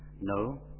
No